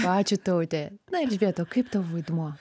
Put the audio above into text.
ačiū taute na elžbieta o kaip tavo vaidmuo